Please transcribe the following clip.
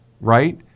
right